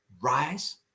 Rise